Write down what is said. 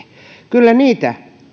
kyllä niitä